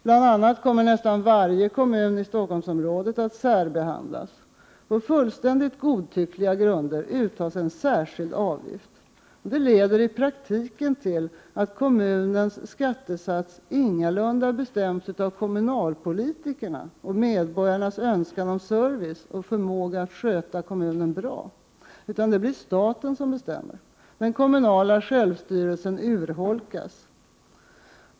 Bl.a. kommer nästan varje kommun i Stockholmsområdet att särbehandlas. På fullständigt godtyckliga grunder uttas en särskild avgift. Det leder i praktiken till att kommunens skattesats ingalunda bestämts av kommunalpolitikernas och medborgarnas önskan om service och förmåga att sköta kommunen bra — utan det blir staten som bestämmer. Den kommunala självstyrelsen urholkas.